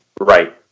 right